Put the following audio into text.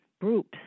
groups